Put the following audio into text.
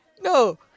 no